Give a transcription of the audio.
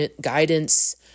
guidance